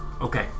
Okay